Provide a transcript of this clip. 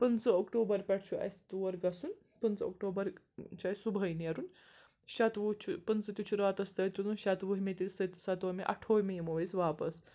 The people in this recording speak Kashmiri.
پٕنٛژٕ اکٹوٗبَر پٮ۪ٹھ چھُ اَسہِ تور گژھُن پٕنٛژٕ اکٹوٗبَر چھُ اَسہِ صُبحٲے نیرُن شَتوُہ چھُ پٕنٛژٕ تہِ چھُ راتَس تٔتۍ تُلُن شَتوُہِمہِ تہِ سٔت سَتووُہ مہِ اَٹھوُہمہِ یِمو أسۍ واپَس